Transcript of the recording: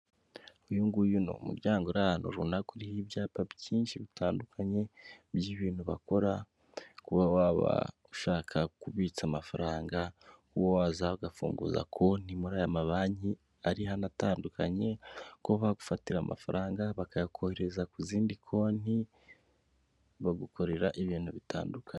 Uyu nguyu ni umuryango uri ahantu runaka uriho ibyapa byinshi bitandukanye, by'ibintu bakora. Kuba waba ushaka kubitsa amafaranga, uwo waza ugafunguza konti muri aya mabanki arihano atandukanye, ko bagufatira amafaranga bakayakohereza ku zindi konti, bagukorera ibintu bitandukanye.